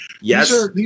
Yes